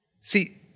See